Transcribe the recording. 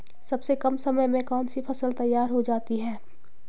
सबसे कम समय में कौन सी फसल तैयार हो जाती है?